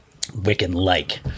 Wiccan-like